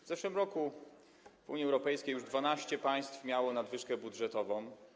W zeszłym roku w Unii Europejskiej już 12 państw miało nadwyżkę budżetową.